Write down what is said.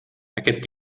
aquest